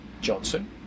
Johnson